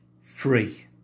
free